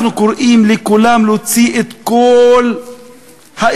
אנחנו קוראים לכולם להוציא את כל האזרחים,